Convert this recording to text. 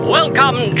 Welcome